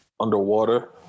Underwater